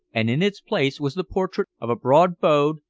and in its place was the portrait of a broad-browed,